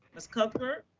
ms. cuthbert.